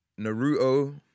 Naruto